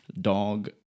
dog